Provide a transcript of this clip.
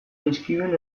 jaizkibel